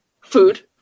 food